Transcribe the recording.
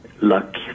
luck